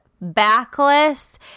backless